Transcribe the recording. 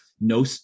no